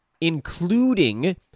including